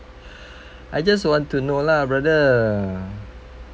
I just want to know lah brother